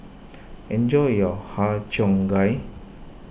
enjoy your Har Cheong Gai